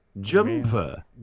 jumper